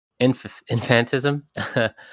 infantism